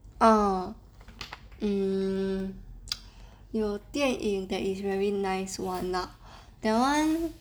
oh um 有电影 that is very nice [one] ah that one